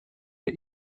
der